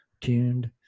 tuned